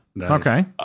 okay